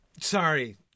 Sorry